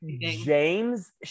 James